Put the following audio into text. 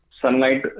sunlight